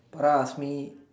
but asked me